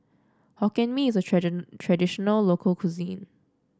Hokkien Mee is a traditional local cuisine